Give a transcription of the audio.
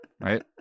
Right